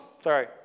Sorry